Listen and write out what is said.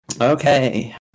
Okay